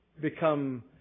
become